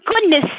goodness